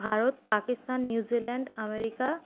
Bharat Pakistan New Zealand America